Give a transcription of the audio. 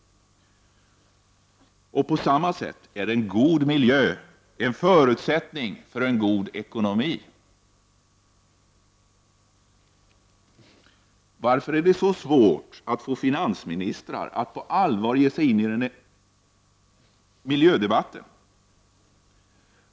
På samma sätt är en god miljö en förutsättning för en god ekonomi. Varför är det så svårt att få finansministrar att på allvar ge sig in i miljödebatten?